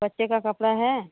बच्चे का कपड़ा है